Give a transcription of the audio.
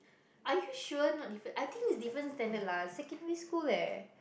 are you sure not different I think different standard lah secondary school leh